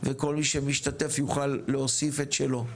וכל מי שמשתתף יוכל להוסיף את שלו.